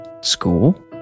school